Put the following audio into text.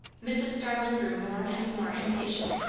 mrs. starling grew more and more impatient.